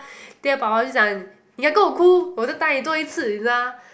then 我爸爸就讲你敢跟我哭我就打你多一次你知道吗